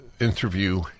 interview